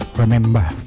remember